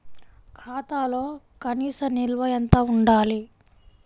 ఖాతాలో కనీస నిల్వ ఎంత ఉండాలి?